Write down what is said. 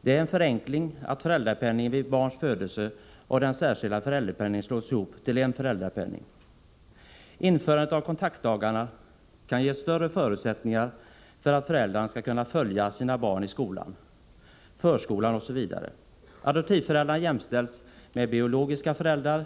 Det är en förenkling att föräldrapenningen vid barns födelse och den särskilda föräldrapenningen slås ihop till en föräldrapenning. Införandet av kontaktdagarna kan ge föräldrarna större förutsättningar att följa sina barn i skolan, i förskolan osv. Adoptivföräldrar jämställs med biologiska föräldrar.